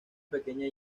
pequeña